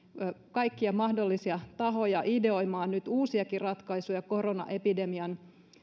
kaikkia mahdollisia tahoja ideoimaan nyt uusiakin ratkaisuja koronaepidemian